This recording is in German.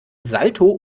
salto